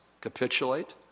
capitulate